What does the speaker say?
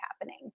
happening